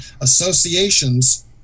associations